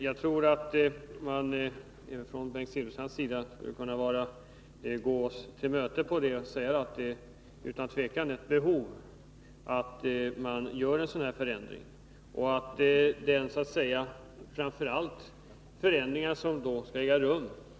Jag tror att Bengt Silfverstrand skulle kunna gå oss till mötes och säga att det utan tvivel finns ett behov av att göra en sådan förändring.